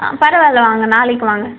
அ பரவாயில்ல வாங்க நாளைக்கு வாங்க